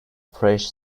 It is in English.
fresh